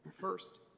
First